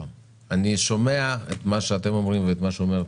אני שומע את מה שאתם אומרים ואת מה שאומרת